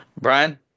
Brian